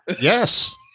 Yes